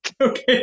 Okay